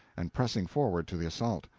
and pressing forward to the assault.